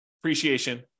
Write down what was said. appreciation